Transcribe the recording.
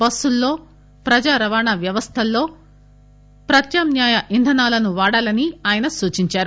బస్సుల్లో ప్రజా రవాణా వ్యవస్థల్లో ప్రత్యామ్నాయ ణంధనాలను వాడాలని ఆయన సూచించారు